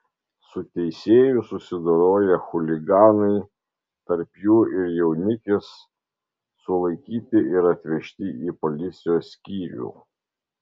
su teisėju susidoroję chuliganai tarp jų ir jaunikis sulaikyti ir atvežti į policijos skyrių